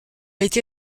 été